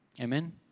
Amen